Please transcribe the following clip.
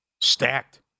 stacked